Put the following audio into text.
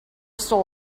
stole